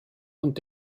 und